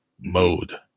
mode